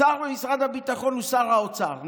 שר במשרד הביטחון הוא שר האוצר.